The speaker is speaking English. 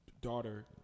daughter